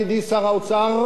ידידי שר האוצר,